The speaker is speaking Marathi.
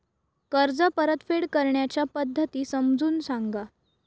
कर्ज परतफेड करण्याच्या पद्धती समजून सांगा